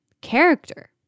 character